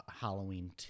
Halloween